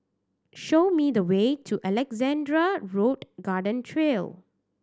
show me the way to Alexandra Road Garden Trail